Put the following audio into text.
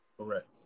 Correct